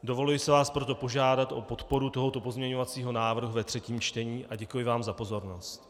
Dovoluji si vás proto požádat o podporu tohoto pozměňovacího návrhu ve třetím čtení a děkuji vám za pozornost.